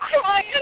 crying